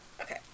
Okay